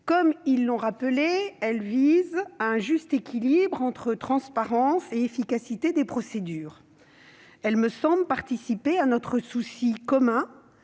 Comme ils l'ont rappelé, la DETR vise à un juste équilibre entre transparence et efficacité des procédures. Elle me semble participer à notre souci commun